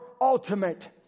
ultimate